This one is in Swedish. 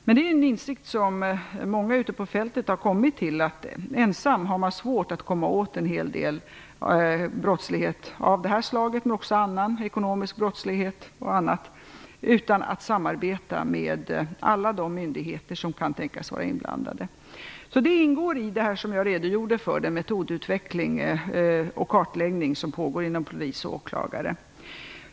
En åsikt som många ute på fältet har kommit fram till är att man ensam har svårt att komma åt en hel del brottslighet av det här slaget men också ekonomisk och annan brottslighet, och att man måste samarbeta med alla de myndigheter som kan tänkas vara inkluderade. Det ingår i det som jag redogjorde för, dvs. den metodutveckling och kartläggning som pågår inom polis och åklagarmyndigheterna.